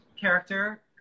character